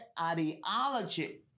ideology